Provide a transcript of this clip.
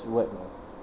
to what you know